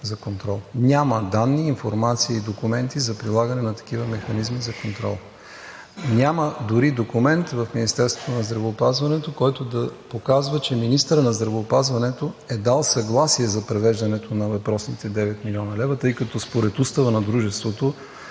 за контрол. Няма данни, информация и документи за прилагане на такива механизми за контрол. Няма дори документ в Министерството на здравеопазването, който да показва, че министърът на здравеопазването е дал съгласие за превеждането на въпросните 9 млн. лв., тъй като според Устава на дружеството